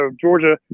Georgia